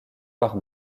par